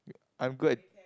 I'm glad